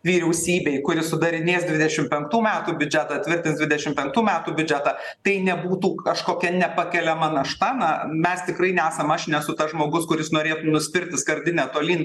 vyriausybei kuri sudarinės dvidešim penktų metų biudžetą tvirtins dvidešim penktų metų biudžetą tai nebūtų kažkokia nepakeliama našta na mes tikrai nesam aš nesu tas žmogus kuris norėtų nuspirti skardinę tolyn